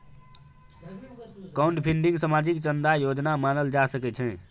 crowdfunding सामाजिक चन्दा जेना मानल जा सकै छै